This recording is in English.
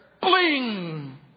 Bling